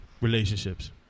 relationships